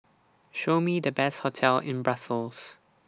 Show Me The Best hotels in Brussels